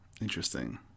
Interesting